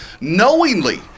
knowingly